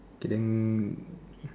okay then